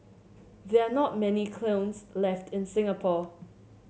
there are not many kilns left in Singapore